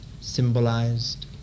symbolized